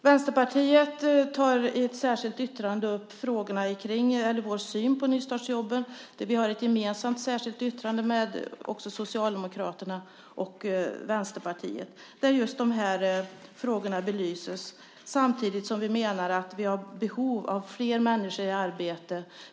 Vi tar upp Vänsterpartiets syn på nystartsjobben i ett särskilt yttrande som vi har gemensamt med Socialdemokraterna och Miljöpartiet, och där belyses just de här frågorna. Samtidigt menar vi att vi har behov av flera människor i arbete.